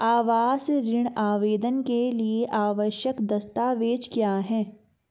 आवास ऋण आवेदन के लिए आवश्यक दस्तावेज़ क्या हैं?